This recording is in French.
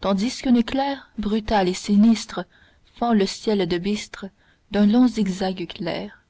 tandis qu'un éclair brutal et sinistre fend le ciel de bistre d'un long zigzag clair